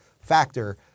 factor